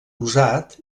usat